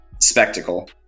spectacle